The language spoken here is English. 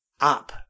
up